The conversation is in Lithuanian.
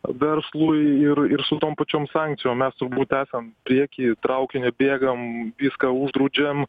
verslui ir ir su tom pačiom sankcijom mes turbūt esam prieky traukinio bėgam viską uždraudžiam